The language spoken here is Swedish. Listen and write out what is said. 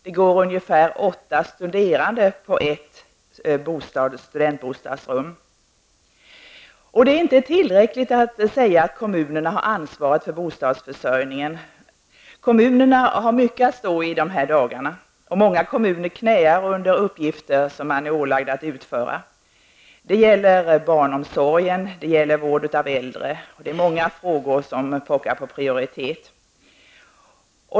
Det går ungefär åtta studerande på ett studentbostadsrum. Det räcker inte att säga att kommunerna har ansvaret för bostadsförsörjningen. Kommunerna har mycket att stå i i dessa dagar, och många kommuner knäar under uppgifter som de har blivit ålagda att utföra. Det gäller bl.a. barnomsorgen och vård av äldre -- många frågor pockar på prioritet.